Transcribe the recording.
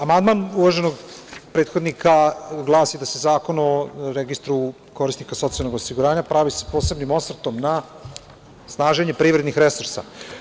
Amandman uvaženog prethodnika glasi da se zakon o registru korisnika socijalnog osiguranja pravi sa posebnim osvrtom na snaženje privrednih resursa.